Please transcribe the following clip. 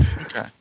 Okay